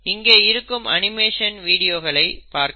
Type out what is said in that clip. இங்கே இருக்கும் அனிமேஷன் வீடியோகளை பாருங்கள்